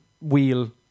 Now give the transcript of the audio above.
wheel